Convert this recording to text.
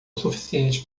suficiente